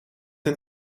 een